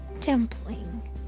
dumpling